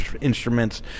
instruments